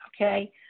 okay